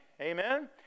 Amen